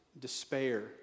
despair